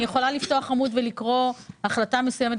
אני יכולה לפתוח עמוד ולקרוא החלטה מסוימת?